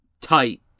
Tight